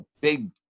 big